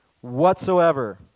whatsoever